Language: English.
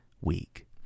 week